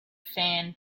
fan